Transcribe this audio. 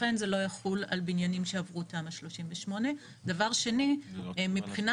לכן זה לא יחול על בניינים שעברו תמ"א 38. זה פוגע